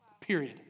Period